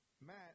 Matt